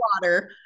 water